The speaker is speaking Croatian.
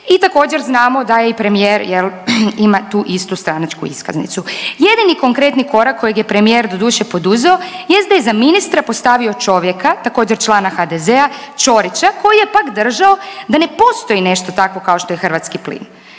i također znamo da je premijer jel ima tu istu stranačku iskaznicu. Jedini konkretni korak koji je premijer doduše poduzeo jest da je za ministra postavio čovjeka također člana HDZ-a Ćorića koji je pak držao da ne postoji nešto tako kao što je hrvatski plin.